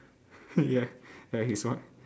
ya ya he's white